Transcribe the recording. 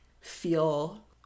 feel